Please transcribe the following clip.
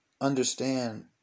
understand